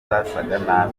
zasaga